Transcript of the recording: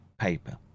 paper